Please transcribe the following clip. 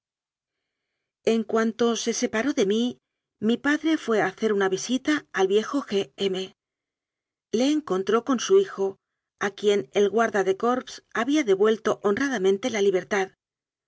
en cuanto se separó de mí mi padre fué a ha cer una visita al viejo g m le encontró con su hijo a quien el guarda de corps había de vuelto honradamente la libertad